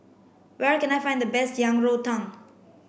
where can I find the best Yang Rou Tang